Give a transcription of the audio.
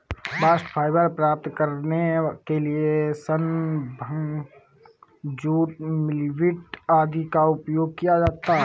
bast fibre प्राप्त करने के लिए सन, भांग, जूट, मिल्कवीड आदि का उपयोग किया जाता है